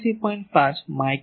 તેથી તે 87